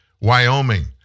Wyoming